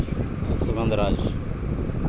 ಮಲ್ಲಿಗೆ ಹೂವಿಗೆ ಇದ್ದಾಂಗ ಇರೊ ಒಂದು ಹೂವಾಗೆತೆ